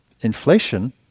inflation